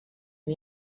you